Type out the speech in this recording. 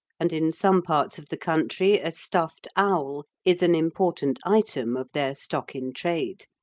and in some parts of the country a stuffed owl is an important item of their stock-in-trade.